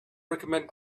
recommend